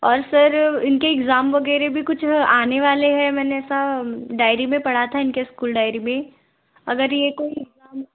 और सर इनके इक्ज़ाम वगैरह भी कुछ आने वाले है मैंने ऐसा डायरी में पढ़ा था इनके इस्कूल डायरी में अगर ये कोई इक्ज़ाम